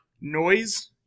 noise